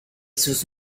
sus